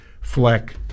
Fleck